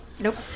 Nope